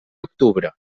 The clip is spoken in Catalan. octubre